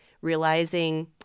realizing